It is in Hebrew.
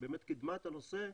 שבאמת קידמה את הנושא,